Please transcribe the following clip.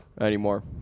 anymore